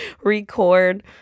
record